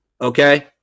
Okay